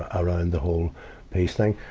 around the whole peace thing.